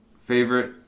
favorite